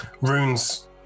runes